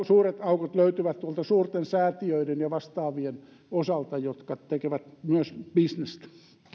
suuret aukot löytyvät tuolta suurten säätiöiden ja vastaavien osalta jotka tekevät myös bisnestä